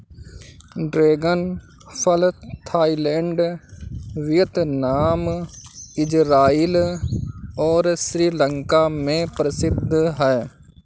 dragon फल Thailand, Vietnam, Israel और श्रीलंका में प्रसिद्ध है